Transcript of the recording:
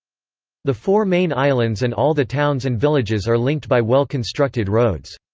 the four main islands and all the towns and villages are linked by well-constructed roads.